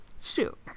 shoot